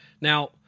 Now